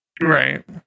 right